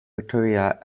victoria